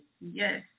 Yes